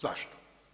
Zašto?